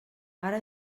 ara